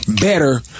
better